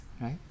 right